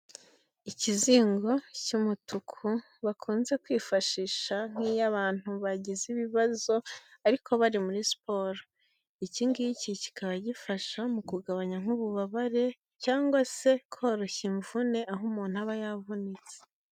Ikizingo cy'umutuku bakunze kwifashisha nk'iy'abantu bagize ibibazo ariko bari muri siporo. Iki ngiki kikaba gifasha mu kugabanya nk'ububabare, cyangwa se koroshya imvune aho umuntu aba yavunitse.